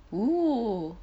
oo